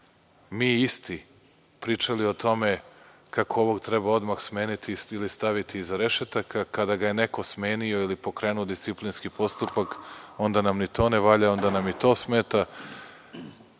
mi isti pričali o tome kako treba ovog odmah smeniti ili staviti iza rešetaka. Kada ga je neko smenio ili pokrenuo disciplinski postupak, onda nam ni to ne valja, to nam smeta. Vi